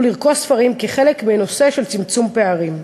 לרכוש ספרים חלק מהנושא של צמצום פערים.